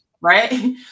Right